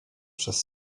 przez